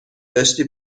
داشتی